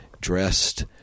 dressed